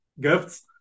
gifts